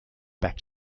back